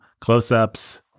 close-ups